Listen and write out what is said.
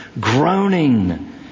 Groaning